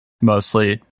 mostly